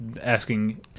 asking